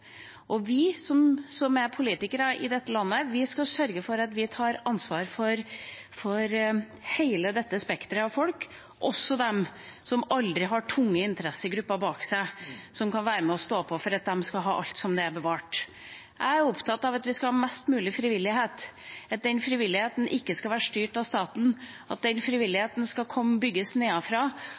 andre måter. Vi, som er politikere i dette landet, skal sørge for å ta ansvar for hele dette spektret av folk, også dem som aldri har tunge interessegrupper bak seg som kan være med og stå på for at de skal ha alt bevart som det er. Jeg er opptatt av at vi skal ha mest mulig frivillighet, at frivilligheten ikke skal være styrt av staten, at frivilligheten skal bygges nedenfra.